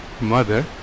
mother